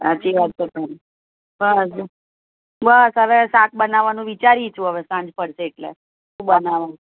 સાચી વાત છે તારી બસ જો બસ હવે શાક બનાવવાનું વિચારીશું હવે સાંજ પડશે એટલે શું બનાવવાનું